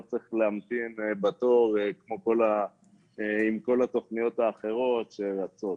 לא צריך להמתין בתור עם כל התוכניות האחרות שרצות.